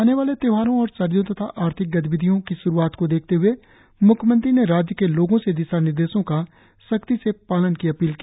आने वाले त्यौहारों और सर्दियों तथा आर्थिक गतिविधियों की श्रुआत को देखते हुए म्ख्यमंत्री ने राज्य के लोगों से दिशानिर्देशों का सख्ती से पालन की अपील की